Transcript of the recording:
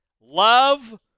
love